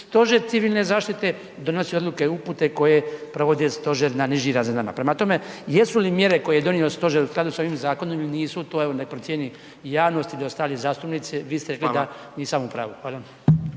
Stožer civilne zaštite donosi odluke i upute koje provode stožeri na nižim razinama. Prema tome, jesu li mjere koje je donio stožer u skladu sa ovim zakonom ili nisu to neka procijeni javnost i ostali zastupnici, vi ste rekli da nisam u pravu. Hvala.